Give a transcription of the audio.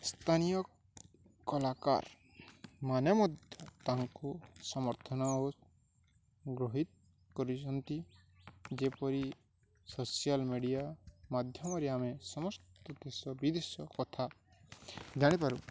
ସ୍ଥାନୀୟ କଳାକାର ମାନେ ମଧ୍ୟ ତାଙ୍କୁ ସମର୍ଥନ ଗ୍ରହିିତ କରିଛନ୍ତି ଯେପରି ସୋସିଆଲ୍ ମିଡ଼ିଆ ମାଧ୍ୟମରେ ଆମେ ସମସ୍ତେ ଦେଶ ବିଦେଶ କଥା ଜାଣିପାରୁ